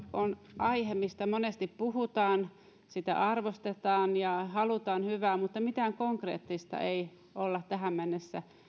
on aihe mistä monesti puhutaan sitä arvostetaan ja halutaan hyvää mutta mitään konkreettista ei olla tähän mennessä